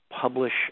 publish